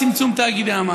תאגידי המים,